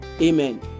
Amen